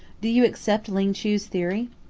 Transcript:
do you accept ling chu's theory?